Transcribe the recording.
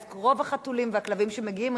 אז רוב החתולים והכלבים שמגיעים,